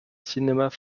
cinémas